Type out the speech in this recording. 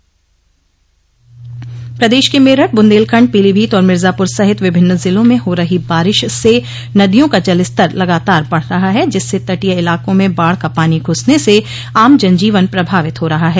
प्रदेश के मेरठ बुन्देलखंड पीलीभीत और मिर्जापुर सहित विभिन्न जिलों में हो रहो बारिश से नदियों का जलस्तर लगातार बढ़ रहा है जिससे तटीय इलाकों में बाढ़ का पानी घुसने से आम जनजीवन प्रभावित हो रहा है